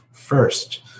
first